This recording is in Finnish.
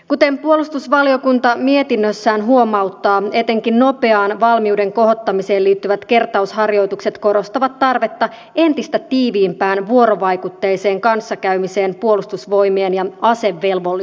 kuten puolustusvaliokunta mietinnössään huomauttaa etenkin nopeaan valmiuden kohottamiseen liittyvät kertausharjoitukset korostavat tarvetta entistä tiiviimpään vuorovaikutteiseen kanssakäymiseen puolustusvoimien ja asevelvollisten kesken